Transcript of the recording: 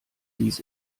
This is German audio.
dies